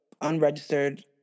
unregistered